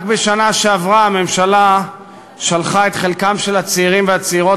רק בשנה שעברה הממשלה שלחה חלקם של הצעירים והצעירות